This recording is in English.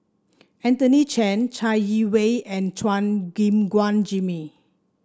Anthony Chen Chai Yee Wei and Chua Gim Guan Jimmy